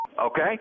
okay